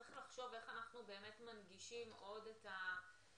צריך לחשוב איך אנחנו מנגישים עוד את העניין